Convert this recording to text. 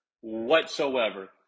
whatsoever